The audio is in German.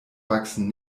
wachsen